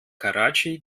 karatschi